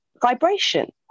vibration